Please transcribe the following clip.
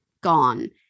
gone